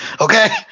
okay